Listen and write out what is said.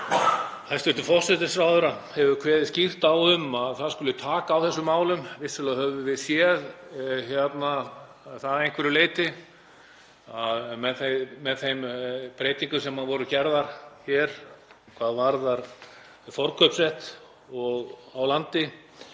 að hæstv. forsætisráðherra hefur kveðið skýrt á um að það skuli taka á þessum málum. Vissulega höfum við séð það að einhverju leyti, með þeim breytingum sem voru gerðar varðandi forkaupsrétt á landi.